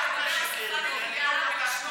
אל תאשימי אותנו בביקורת הציבורית,